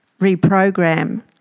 reprogram